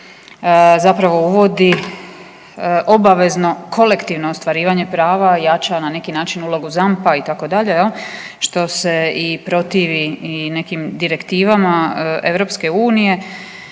zapravo uvodi obavezno kolektivno ostvarivanje prava i jača na neki način ulogu ZAMP-a itd. što se i protivi i nekim direktivama EU